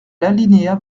l’alinéa